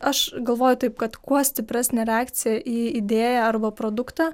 aš galvoju taip kad kuo stipresnė reakcija į idėją arba produktą